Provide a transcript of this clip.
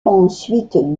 ensuite